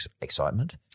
excitement